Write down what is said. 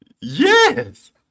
Yes